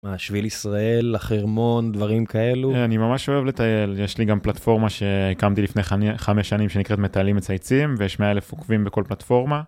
מה שביל ישראל? החרמון? דברים כאלו? אני ממש אוהב לטייל יש לי גם פלטפורמה שהקמתי לפני חמש שנים שנקראת מטיילים מצייצים ויש מאה אלף עוקבים בכל פלטפורמה.